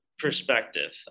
perspective